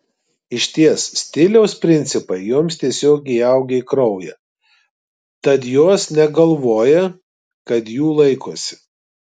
išties stiliaus principai joms tiesiog įaugę į kraują tad jos negalvoja kad jų laikosi